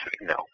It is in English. No